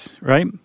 right